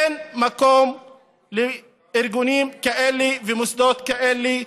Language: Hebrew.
אין מקום לארגונים כאלה ולמוסדות כאלה,